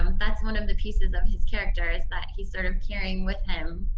um that's one of the pieces of his character that he's sort of carrying with him,